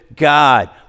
God